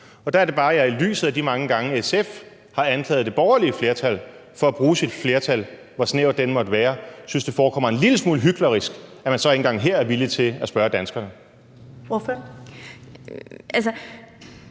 kr. Der er det bare, jeg i lyset af de mange gange, SF har anklaget det borgerlige flertal for at bruge sit flertal, hvor snævert det end måtte være, synes, det forekommer en lille smule hyklerisk, at man så ikke engang her er villig til at spørge danskerne. Kl.